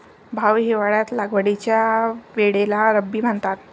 भाऊ, हिवाळ्यात लागवडीच्या वेळेला रब्बी म्हणतात